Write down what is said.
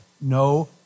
no